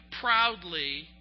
proudly